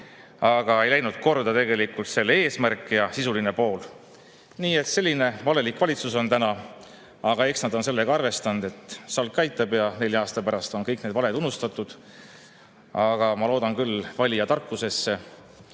Aga ei läinud korda tegelikult selle eesmärk ja sisuline pool. Nii et selline valelik valitsus on täna. Eks nad on sellega arvestanud, et SALK aitab ja nelja aasta pärast on kõik need valed unustatud. Aga ma loodan küll valija tarkusele